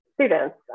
students